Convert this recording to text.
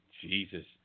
Jesus